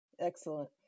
Excellent